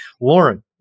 Lauren